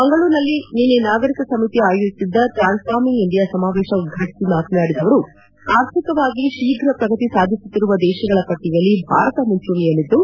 ಮಂಗಳೂರಿನಲ್ಲಿ ನಿನ್ನೆ ನಾಗರಿಕ ಸಮಿತಿ ಆಯೋಜಿಸಿದ್ದ ಟ್ರಾನ್ಸ್ಫಾರ್ಮಿಂಗ್ ಇಂಡಿಯಾ ಸಮಾವೇಶವನ್ನು ಉದ್ಘಾಟಿಸಿ ಮಾತನಾಡಿದ ಅವರು ಅರ್ಥಿಕವಾಗಿ ಶೀಘ ಪ್ರಗತಿ ಸಾಧಿಸುತ್ತಿರುವ ದೇಶಗಳ ಪಟ್ಟಿಯಲ್ಲಿ ಭಾರತ ಮುಂಚೂಣಿಯಲ್ಲಿದ್ದು